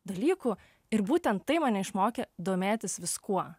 dalykų ir būtent tai mane išmokė domėtis viskuo